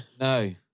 No